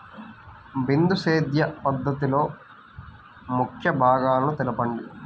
బిందు సేద్య పద్ధతిలో ముఖ్య భాగాలను తెలుపండి?